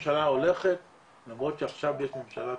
ממשלה הולכת,